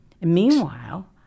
Meanwhile